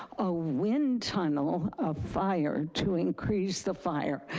a wind tunnel of fire to increase the fire.